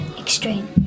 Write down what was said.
extreme